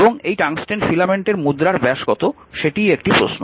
এবং এই টাংস্টেন ফিলামেন্টের মুদ্রার ব্যাস কত সেটিই একটি প্রশ্ন